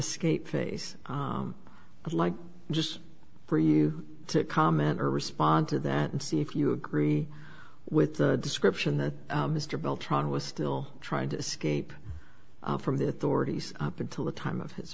escape face like just for you to comment or respond to that and see if you agree with the description that mr beltran was still trying to escape from the authorities up until the time of his